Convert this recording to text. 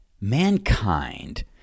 Mankind